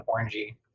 orangey